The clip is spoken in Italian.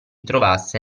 trovasse